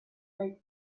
zait